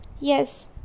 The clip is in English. Yes